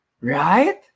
right